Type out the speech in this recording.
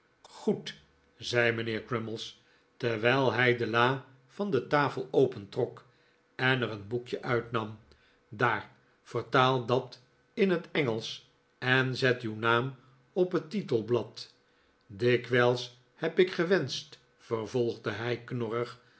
goed zei mijnheer crummies terwijl hij de la van de tafel opentrok en er een boekje uitnam daar vertaal dat in het engelsch en zet uw naam op het titelblad dikwijls heb ik gewenscht vervolgde hij knorrig